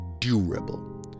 durable